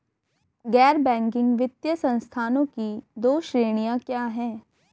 गैर बैंकिंग वित्तीय संस्थानों की दो श्रेणियाँ क्या हैं?